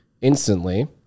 Instantly